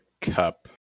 cup